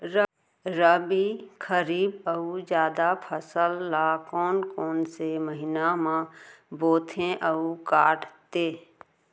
रबि, खरीफ अऊ जादा फसल ल कोन कोन से महीना म बोथे अऊ काटते?